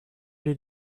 did